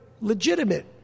legitimate